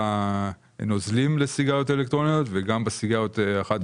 בנוזלים לסיגריות אלקטרוניות וגם בסיגריות החד פעמיות.